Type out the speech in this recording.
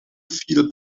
feel